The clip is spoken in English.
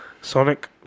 Sonic